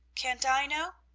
can't i know?